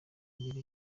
agira